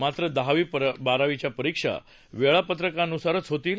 मात्र दहावी बारावीच्या परीक्षा वेळापत्रकानुसार होतील